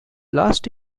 last